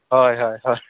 ᱦᱚᱭ ᱦᱚᱭ ᱦᱚᱭ